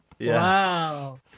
Wow